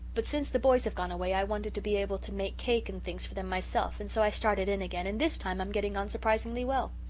but since the boys have gone away i wanted to be able to make cake and things for them myself and so i started in again and this time i'm getting on surprisingly well.